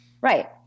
Right